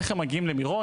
איך הם מגיעים למירון,